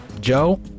Joe